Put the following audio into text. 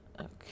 Okay